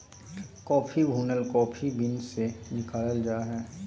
coffee भुनल coffee beans से निकालल जा हइ